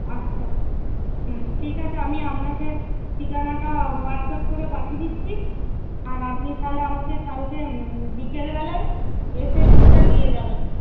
আচ্ছা হুম ঠিক আছে আমি আপনাকে ঠিকানাটা হোয়াটসঅ্যাপ করে পাঠিয়ে দিচ্ছি আর আপনি তাহলে আমাকে কালকে বিকেলবেলায় এসে দুধটা দিয়ে যাবেন